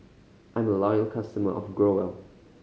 I'm a loyal customer of Growell